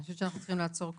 אנחנו צריכים לעצור כאן,